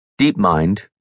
DeepMind